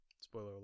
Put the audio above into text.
Spoiler